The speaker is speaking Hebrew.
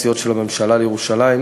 עומד,